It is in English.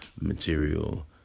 material